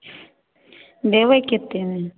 देबै कतेकमे